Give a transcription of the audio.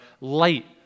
light